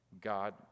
God